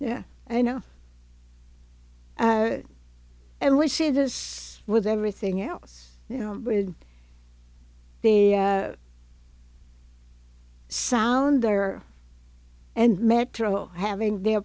yeah i know and we see this with everything else you know with the sound there and metro having their